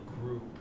group